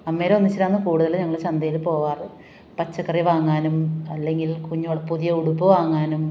അമ്മയുടെ ഒന്നിച്ചിട്ടാണ് കൂടുതൽ ഞങ്ങൾ ചന്തയിൽ പോവാറ് പച്ചക്കറി വാങ്ങാനും അല്ലെങ്കിൽ കുഞ്ഞോൾ പുതിയ ഉടുപ്പ് വാങ്ങാനും